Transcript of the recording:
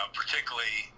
particularly